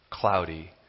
cloudy